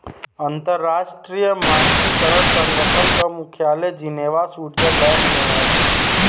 अंतर्राष्ट्रीय मानकीकरण संगठन क मुख्यालय जिनेवा स्विट्जरलैंड में हौ